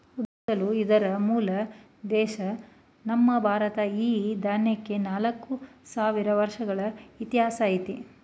ಊದಲು ಇದರ ಮೂಲ ದೇಶ ನಮ್ಮ ಭಾರತ ಈ ದಾನ್ಯಕ್ಕೆ ನಾಲ್ಕು ಸಾವಿರ ವರ್ಷಗಳ ಇತಿಹಾಸವಯ್ತೆ